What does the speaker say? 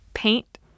Paint